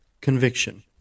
conviction